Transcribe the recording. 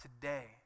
today